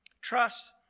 trust